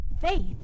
Faith